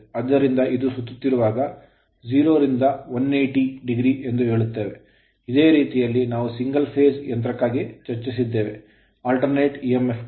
ಆದ್ದರಿಂದ ಇದು ಸುತ್ತುತ್ತಿರುವಾಗ 0 ರಿಂದ 180o ಎಂದು ಹೇಳುತ್ತೇವೆ ಇದೇ ರೀತಿಯಲ್ಲಿ ನಾವು single phase ಏಕ ಫೇಸ್ ಯಂತ್ರಕ್ಕಾಗಿ ಚರ್ಚಿಸಿದ್ದೇವೆ alternating ಪರ್ಯಾಯ EMF ಇಎಂಎಫ್ ಗಾಗಿ